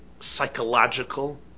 psychological